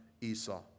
Esau